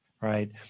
right